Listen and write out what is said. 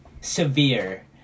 severe